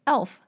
Elf